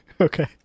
Okay